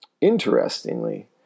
Interestingly